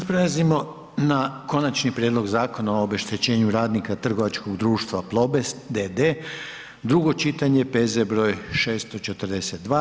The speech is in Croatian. prelazimo na: -Prijedlog zakona o obeštećenju radnika trgovačkog društva Plobest d.d., drugo čitanje, P.Z. br. 642.